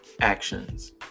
actions